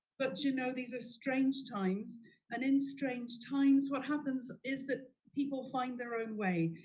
but you know these are strange times and in strange times what happens is that people find their own way.